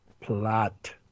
Plot